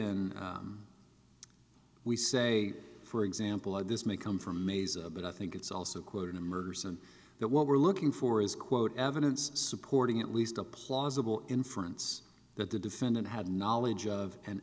in we say for example of this may come from a's a but i think it's also quoted in murders and that what we're looking for is quote evidence supporting at least a plausible inference that the defendant had knowledge of an